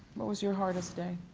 what was your hardest day?